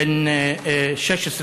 בן 16,